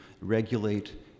regulate